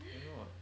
why not